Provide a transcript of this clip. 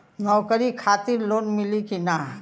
नौकरी खातिर लोन मिली की ना?